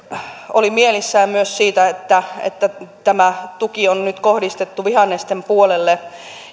oli mielissään myös siitä että että tämä tuki on nyt kohdistettu vihannesten puolelle